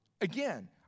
Again